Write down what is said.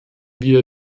wir